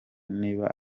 niba